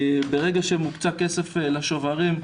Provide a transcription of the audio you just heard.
ברגע שמוקצה כסף לשוברים,